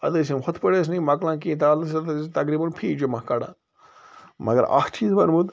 اَدٕ ٲسۍ یِم ہُتھ پٲٹھۍ ٲسۍ نہٕ یِم مۄکلان کہیٖنۍ ٲسۍ تقریٖبًا فی جمعہ کَڑان مگر اَکھ چیٖز وۄنۍ ووت